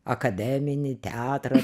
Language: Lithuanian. akademinį teatrą